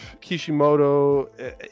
Kishimoto